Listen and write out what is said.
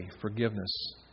forgiveness